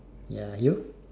ya you